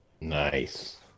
Nice